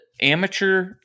amateur